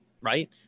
Right